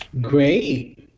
great